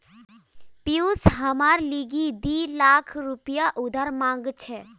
पियूष हमार लीगी दी लाख रुपया उधार मांग छ